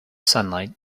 sunlight